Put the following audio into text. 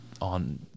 on